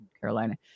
Carolina